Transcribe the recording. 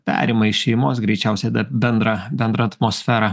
perima iš šeimos greičiausiai tą bendrą bendrą atmosferą